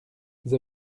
vous